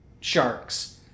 sharks